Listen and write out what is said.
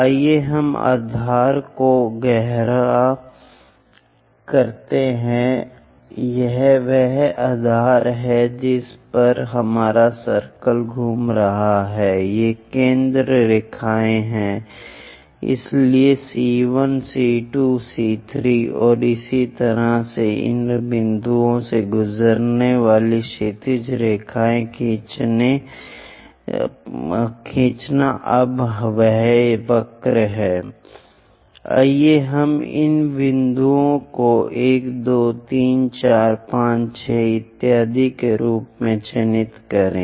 आइए हम आधार को गहरा करते हैं यह वह आधार है जिस पर हमारा सर्कल घूम रहा है ये केंद्र रेखाएं हैं इसलिए C1 C2 C3 और इसी तरह से इन बिंदुओं से गुजरने वाली क्षैतिज रेखाएं खींचना अब यह वक्र है आइए हम इन बिंदुओं को 1 2 3 4 5 6 इत्यादि के रूप में चिह्नित करें